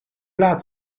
laat